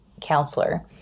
counselor